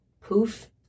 poof